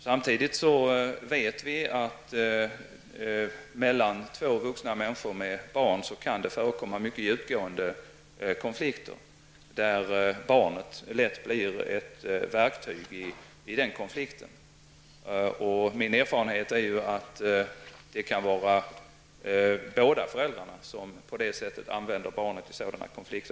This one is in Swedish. Samtidigt vet vi att det mellan två vuxna människor med barn kan förekomma mycket djupgående konflikter där barnet lätt blir ett verktyg. Min erfarenhet är att de kan vara båda föräldrarna som använder barnet på det här sättet i sådana konflikter.